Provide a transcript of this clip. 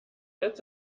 als